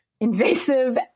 invasive